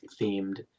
themed